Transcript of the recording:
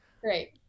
Great